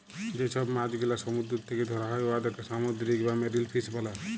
যে ছব মাছ গেলা সমুদ্দুর থ্যাকে ধ্যরা হ্যয় উয়াদেরকে সামুদ্দিরিক বা মেরিল ফিস ব্যলে